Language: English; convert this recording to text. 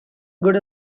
good